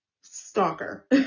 stalker